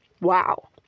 wow